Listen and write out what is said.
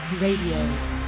Radio